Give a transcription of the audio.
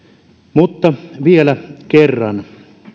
mutta vielä kerran